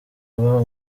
aba